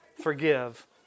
forgive